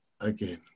again